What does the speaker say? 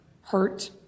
hurt